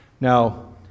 Now